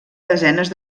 desenes